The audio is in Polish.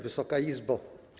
Wysoka Izbo!